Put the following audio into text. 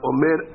Omer